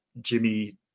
Jimmy